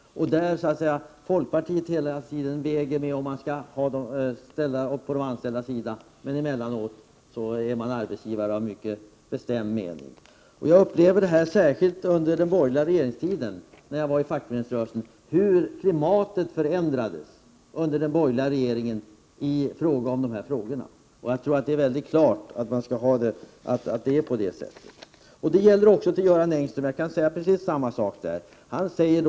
14 december 1988 Folkpartiet lutar hela tiden över åt att ställa upp på den anställdes sida, Men Gm omen socsn sinn emellanåt har man mycket bestämda arbetsgivaruppfattningar. Jag upplevde det särskilt under mina år i fackföreningsrörelsen under den borgerliga regeringstiden. Under den borgerliga regeringen förändrades klimatet när det gällde de här frågorna. Jag tror att det är klart att det är på det sättet. Jag kan säga precis samma sak till Göran Engström.